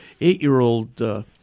eight-year-old